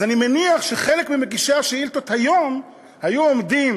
אני מניח שחלק ממגישי השאילתות היום היו עומדים